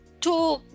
two